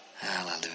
Hallelujah